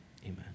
Amen